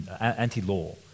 anti-law